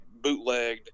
bootlegged